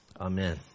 Amen